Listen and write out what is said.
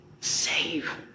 save